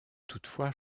toutefois